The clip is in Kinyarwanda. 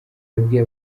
yabwiye